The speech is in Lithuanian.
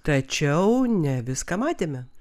tačiau ne viską matėme